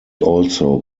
also